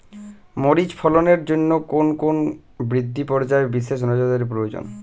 মরিচ ফলনের জন্য তার কোন কোন বৃদ্ধি পর্যায়ে বিশেষ নজরদারি প্রয়োজন?